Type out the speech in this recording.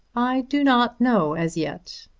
i do not know as yet.